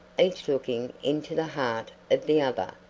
each looking into the heart of the other,